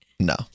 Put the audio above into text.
No